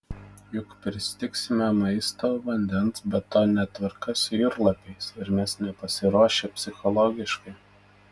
juk pristigsime maisto vandens be to netvarka su jūrlapiais ir mes nepasiruošę psichologiškai